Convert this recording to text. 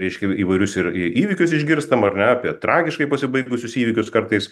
reiškia įvairius ir įvykius išgirstam ar ne apie tragiškai pasibaigusius įvykius kartais